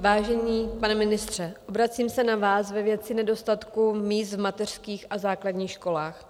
Vážený pane ministře, obracím se na vás ve věci nedostatku míst v mateřských a základních školách.